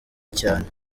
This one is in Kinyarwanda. cyane